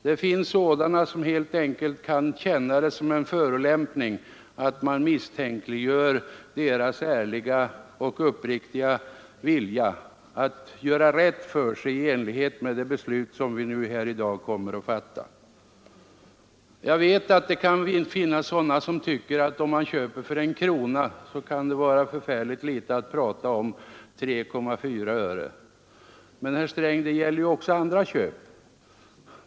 Det finns sådana som helt enkelt kan känna det som en förolämpning när man misstänkliggör deras ärliga och uppriktiga vilja att göra rätt för sig i enlighet med de beslut som vi här i dag kommer att fatta. Jag vet att det finns de som tycker att om man köper för 1 krona är 3,4 öre förfärligt litet att prata om. Men, herr Sträng, det gäller också andra köp.